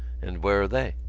and where are they?